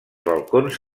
balcons